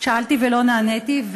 שאלתי ולא נעניתי,